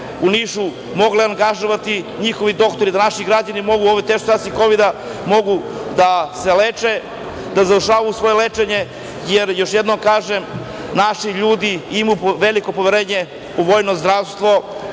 u Nišu mogle angažovati, njihovi doktori, da naši građani mogu u ovoj teškoj situaciji kovida, da mogu da se leče, da završavaju svoje lečenje, jer još jednom kažem, naši ljudi imaju veliko poverenje u vojno zdravstvo,